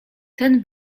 ten